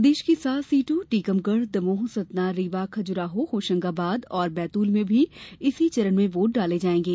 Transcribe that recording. प्रदेश की सात सीटों टीकमगढ़ दमोह सतना रीवा खजुराहो होशंगाबाद और बैतूल में भी इसी चरण में वोट डाले जायेंगे